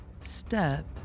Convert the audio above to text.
step